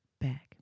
back